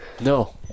No